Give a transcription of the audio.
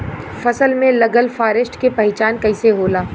फसल में लगल फारेस्ट के पहचान कइसे होला?